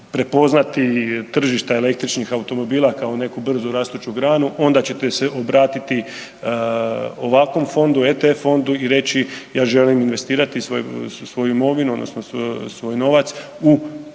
prepoznati tržišta električnih automobila kao neku brzu rastuću granu onda ćete se obratiti ovakvom fondu, RTF fondu i reći ja želim investirati svoju imovinu odnosno svoj novac u taj